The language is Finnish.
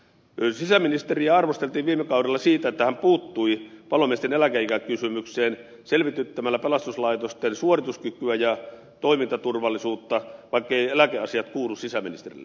sisäministeriä arvosteltiin viime kaudella siitä että hän puuttui palomiesten eläkeikäkysymykseen selvityttämällä pelastuslaitosten suorituskykyä ja toimintaturvallisuutta vaikkeivät eläkeasiat kuulu sisäministerille